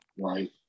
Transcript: Right